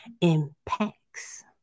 impacts